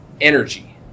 energy